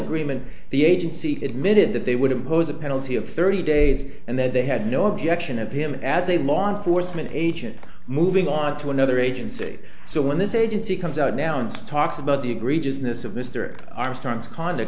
agreement the agency it mid that they would impose a penalty of thirty days and that they had no objection of him as a law enforcement agent moving on to another agency so when this agency comes out announce talks about the egregiousness of mr armstrong's conduct